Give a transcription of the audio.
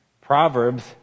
Proverbs